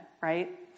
right